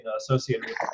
associated